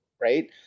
right